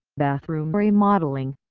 bathroom remodeling,